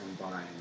combine